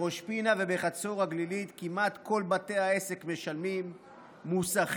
בראש פינה ובחצור הגלילית כמעט כל בתי העסק משלמים: מוסכים,